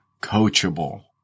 coachable